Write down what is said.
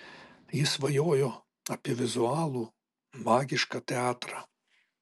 ji svajojo apie vizualų magišką teatrą